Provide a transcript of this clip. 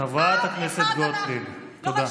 חברת הכנסת גוטליב, תודה.